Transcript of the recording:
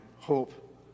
hope